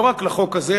לא רק מהחוק הזה,